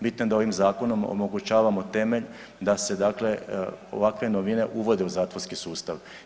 Bitno je da ovim zakonom omogućavamo temelje da se dakle ovakve novine uvode u zatvorski sustav.